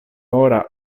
ora